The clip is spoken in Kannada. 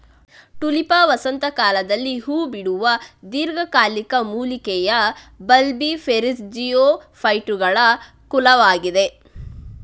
ಟುಲಿಪಾ ವಸಂತ ಕಾಲದಲ್ಲಿ ಹೂ ಬಿಡುವ ದೀರ್ಘಕಾಲಿಕ ಮೂಲಿಕೆಯ ಬಲ್ಬಿಫೆರಸ್ಜಿಯೋಫೈಟುಗಳ ಕುಲವಾಗಿದೆ